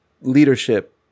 leadership